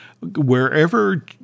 Wherever